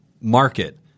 market